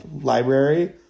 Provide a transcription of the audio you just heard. library